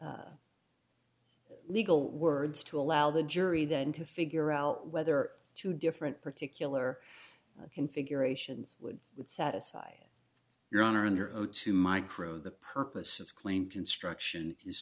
legal words to allow the jury then to figure out whether two different particular configurations would with satisfy your honor under oath to micro the purpose of claim construction is